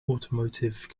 automotive